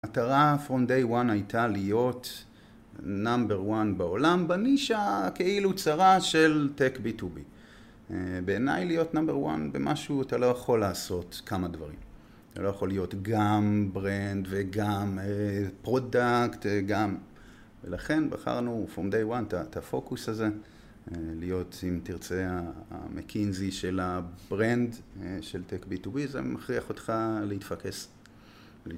המטרה From Day One הייתה להיות נאמבר one בעולם בנישה הכאילו צרה של tech b to b. בעיניי להיות נאמבר one במשהו אתה לא יכול לעשות כמה דברים. אתה לא יכול להיות גם ברנד וגם פרודקט, גם... ולכן בחרנו From Day One, את הפוקוס הזה, להיות אם תרצה המקינזי של הברנד של tech b to b, זה מכריח אותך להתפקס.